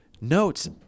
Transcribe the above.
notes